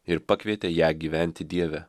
ir pakvietė ją gyventi dieve